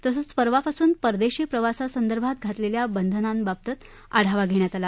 तसंच परवापासून परदधी प्रवासासंदर्भात घातलच्खा बंधनाबाबतीत आढावाही घघ्यात आला